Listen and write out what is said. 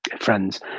friends